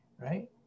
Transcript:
right